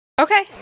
Okay